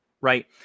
right